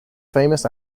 famous